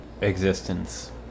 existence